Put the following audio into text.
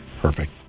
Perfect